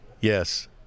Yes